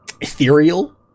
ethereal